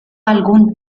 algún